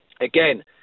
Again